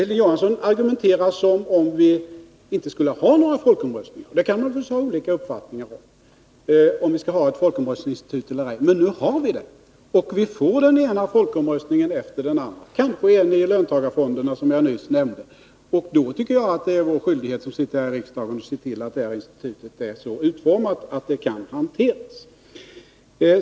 Hilding Johansson argumenterar som om vi inte skulle ha några folkomröstningar. Vi kan naturligtvis ha olika uppfattningar om huruvida vi skall ha ett folkomröstningsinstitut eller ej. Men nu har vi det, och vi får den ena folkomröstningen efter den andra — kanske en om löntagarfonderna, som jag nyss nämnde. Då tycker jag att det är vår skyldighet här i riksdagen att se till att detta institut är så utformat att det kan hanteras.